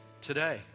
today